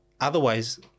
otherwise